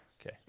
Okay